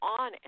on